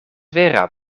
vera